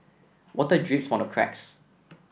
water drips from the cracks